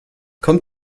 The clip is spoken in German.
kommt